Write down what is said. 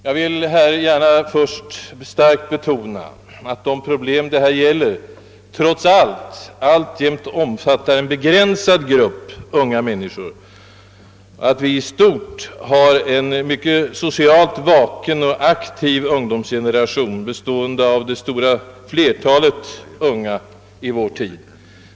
Jag vill gärna först starkt betona att de problem det gäller trots alltjämt omfattar en begränsad grupp unga människor och att vi i stort har en socialt mycket vaken och aktiv ungdomsgeneration bestående av det stora flertalet unga i vår tid.